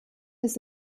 des